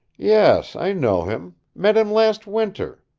yes, i know him. met him last winter.